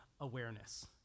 awareness